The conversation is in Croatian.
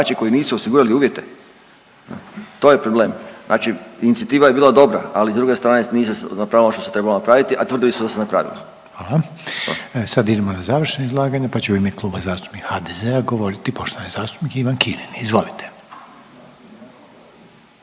koji nisu osigurali uvjete, to je problem. Znači inicijativa je bila dobra, ali s druge strane nije se napravilo ono što se trebalo napraviti, a tvrdili su da se napravilo. **Reiner, Željko (HDZ)** Hvala. E sad idemo na završna izlaganja pa će u ime Kluba zastupnika HDZ-a govoriti poštovani zastupnik Ivan Kirin. Izvolite.